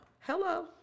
Hello